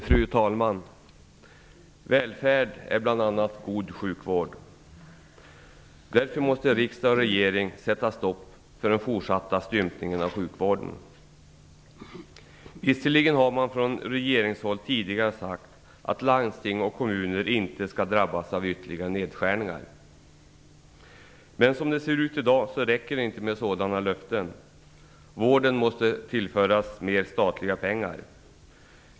Fru talman! Välfärd är bl.a. god sjukvård. Därför måste riksdag och regering sätta stopp för fortsatt stympning av sjukvården. Visserligen har man från regeringshåll tidigare sagt att landsting och kommuner inte skall drabbas av ytterligare nedskärningar. Men som det ser ut i dag räcker det inte med sådana löften. Vården måste tillföras mer statliga pengar.